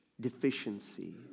deficiency